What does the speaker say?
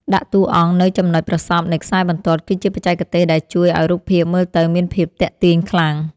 ដាក់តួអង្គនៅចំណុចប្រសព្វនៃខ្សែបន្ទាត់គឺជាបច្ចេកទេសដែលជួយឱ្យរូបភាពមើលទៅមានភាពទាក់ទាញខ្លាំង។